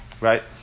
Right